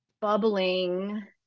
bubbling